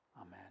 Amen